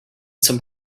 some